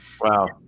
Wow